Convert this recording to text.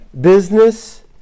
business